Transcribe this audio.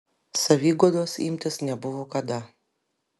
saviguodos imtis nebuvo kada